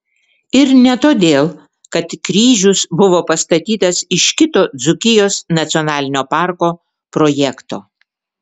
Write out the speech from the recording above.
ir ne todėl kad kryžius buvo pastatytas iš kito dzūkijos nacionalinio parko projekto